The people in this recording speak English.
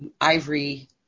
ivory